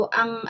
ang